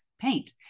paint